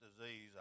disease